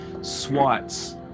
swats